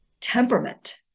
temperament